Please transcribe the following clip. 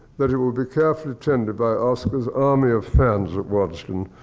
that it will be carefully tended by oscar's army of fans at waddesdon